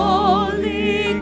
Holy